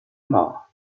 mort